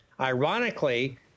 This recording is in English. ironically